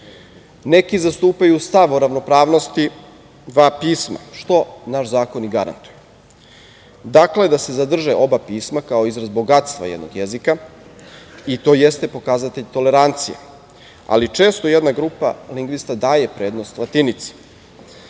Neki zastupaju stav o ravnopravnosti dva pisma, što naš zakon i garantuje. Dakle, da se zadrže oba pisma kao izraz bogatstva jednog jezika, i to je ste pokazatelj tolerancije, ali često jedna grupa lingvista daje prednost latinici. Na